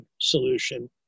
solution